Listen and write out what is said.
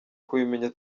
kubimenya